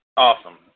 Awesome